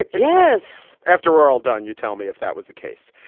yes. after all done. you tell me if that was the case.